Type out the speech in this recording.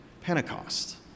Pentecost